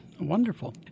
Wonderful